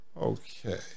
Okay